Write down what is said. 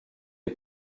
est